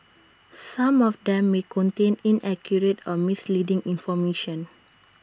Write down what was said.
some of them may contain inaccurate or misleading information